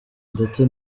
ndetse